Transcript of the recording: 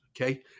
okay